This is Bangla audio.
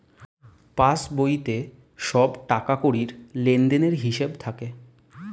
পাসবইতে সব টাকাকড়ির লেনদেনের হিসাব থাকে